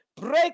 break